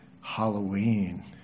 Halloween